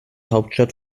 hauptstadt